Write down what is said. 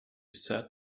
said